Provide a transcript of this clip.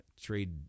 trade